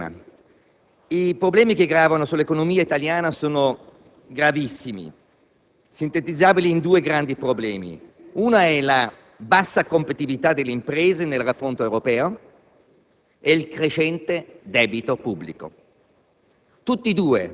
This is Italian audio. domanda, i problemi che pesano sull'economia italiana sono gravissimi, sintetizzabili in due grandi questioni: la bassa competitività delle imprese nel raffronto europeo e il crescente debito pubblico.